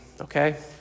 okay